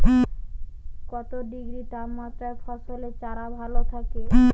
কত ডিগ্রি তাপমাত্রায় ফসলের চারা ভালো থাকে?